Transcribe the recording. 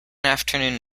afternoon